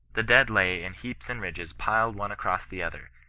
the dead lay in heaps and ridges piled one across the other,